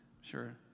sure